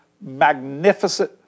magnificent